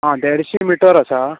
आं देडशीं मिटर आसा